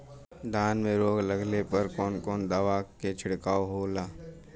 धान में रोग लगले पर कवन कवन दवा के छिड़काव होला?